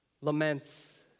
laments